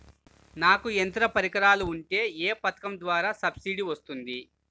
నాకు యంత్ర పరికరాలు ఉంటే ఏ పథకం ద్వారా సబ్సిడీ వస్తుంది?